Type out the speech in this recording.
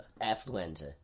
Affluenza